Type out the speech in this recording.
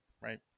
right